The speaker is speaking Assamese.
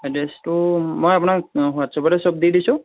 এড্ৰেছটো মই আপোনাক হোৱাটছাপতে সব দি দিছোঁ